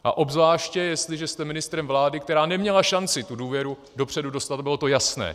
A obzvláště jestli jste ministrem vlády, která neměla šanci tu důvěru dostat, a bylo to jasné.